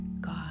God